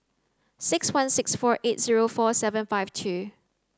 six one six four eight zero four seven five two